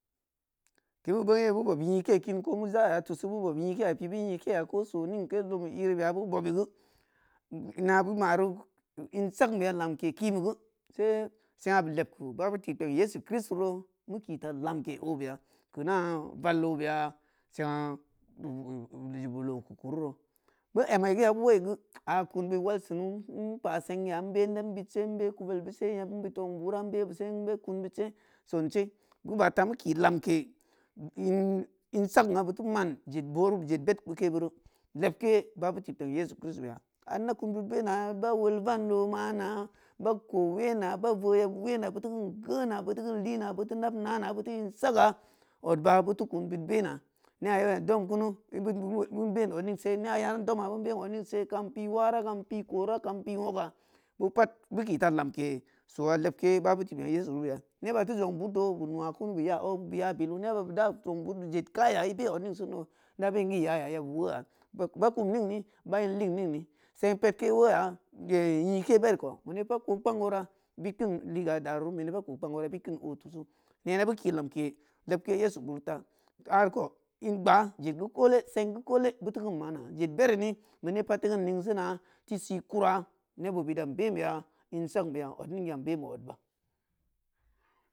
Kinbeu boo beu bob nyikei kin ko beu zaya tusu beu bob nyikeya beu pibgu nyi keya ko soo ning ko lumu iri beya beu bobǘ geu ina beu beu maru in sagn beya lamke kiinbe geu se seng’a l leb keu beu tikpeng yesu kristoro beu ki ta lamke obeya keu na val obeya seng’a i lou keu kururo beu emai geu ya beu woi geu a kun bud wal seunu in pa seng’a in be nembeud sengeu in be kudbel beuse yeb beud zpng burah in bebeu se in beu kunbeudse songse in ba ta in ki lamke in in sang’a beu teu man jed borube jed bedkukebeuru leb ke baabeu tikpeng yesu kristora an da kun beud bena b awol vando beud onana ba koo wen aba voohyeb wena beu tiking eana beu tikin lina beu teu nab nana beu tiki in saga odba beu teu kun beud bena ne’a yeu yad om kunu ben ben onmgse kam pi wara kam pi kura kam pi wooga beu pat beu ki ta lamke so’a lebke baabeu tikpeng yesu beubeya neba teu zong beud do beu nuwa kun beu nya beu nya bilu neba beu da zong budbe zed kaya i be onmgsend do i da ben geu iyaya yabuwoyababa kum ningne ba inlim nmgne seng pedke woya nyike berikou mene pat kook pang ora bid keun liga daru mone pat kook pang ora bid keun o tusu nena beu ki lamke lebke yesu beri tah ari ko’u in gbaa jed geu koole seng geu koole beu teu keun mana jed berine mane pat tikeun ning sina teu si kurah neb o beut yan ben beya in sang beya od ning yan beme odba